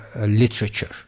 literature